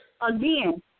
Again